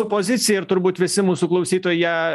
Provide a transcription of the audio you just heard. poziciją turbūt visi mūsų klausytojai ją